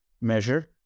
measure